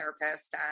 therapist